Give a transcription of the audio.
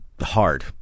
hard